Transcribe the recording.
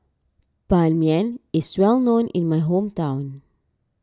Ban Mian is well known in my hometown